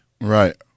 Right